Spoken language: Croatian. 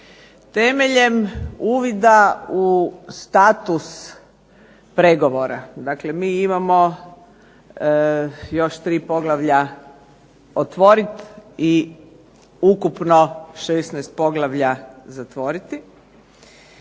Temeljem uvida u status pregovora, dakle mi imamo još tri poglavlja otvoriti i ukupno 16 poglavlja zatvoriti.